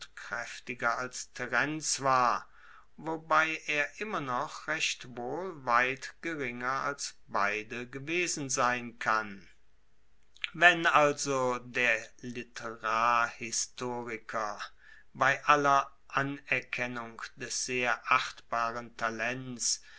kraeftiger als terenz war wobei er immer noch recht wohl weit geringer als beide gewesen sein kann wenn also der literarhistoriker bei aller anerkennung des sehr achtbaren talents